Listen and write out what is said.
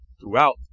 throughout